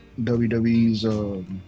WWE's